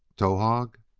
towahg!